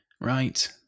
right